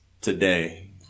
today